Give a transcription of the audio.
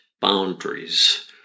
boundaries